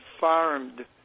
farmed